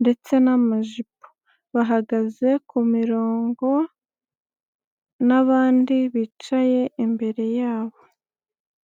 ndetse n'amajipo, bahagaze ku mirongo n'abandi bicaye imbere yabo.